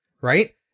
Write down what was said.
right